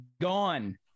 gone